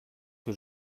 que